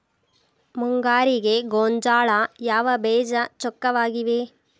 ಮುಂಗಾರಿಗೆ ಗೋಂಜಾಳ ಯಾವ ಬೇಜ ಚೊಕ್ಕವಾಗಿವೆ?